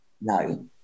No